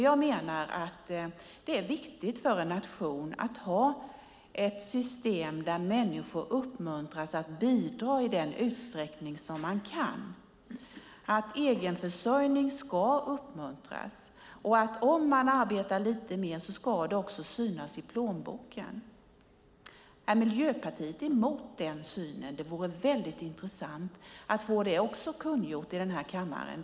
Jag menar att det är viktigt för en nation att ha ett system där människor uppmuntras att bidra i den utsträckning som de kan. Egenförsörjning ska uppmuntras. Om man arbetar lite mer ska det också synas i plånboken. Är Miljöpartiet emot den synen? Det vore väldigt intressant att få det kungjort i kammaren.